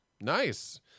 Nice